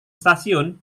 stasiun